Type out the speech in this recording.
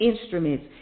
instruments